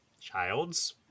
childs